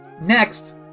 Next